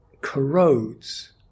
corrodes